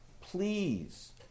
Please